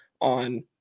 on